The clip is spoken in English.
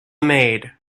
maid